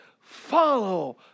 Follow